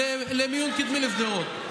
מיון קדמי לשדרות,